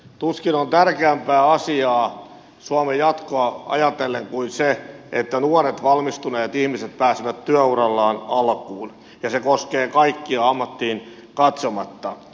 tuskin on tärkeämpää asiaa suomen jatkoa ajatellen kuin se että nuoret valmistuneet ihmiset pääsevät työurallaan alkuun ja se koskee kaikkia ammattiin katsomatta